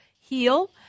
heal